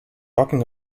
talking